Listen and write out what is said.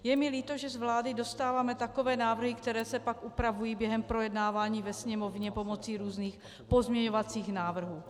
Je mi líto, že z vlády dostáváme takové návrhy, které se pak upravují během projednávání ve Sněmovně pomocí různých pozměňovacích návrhů.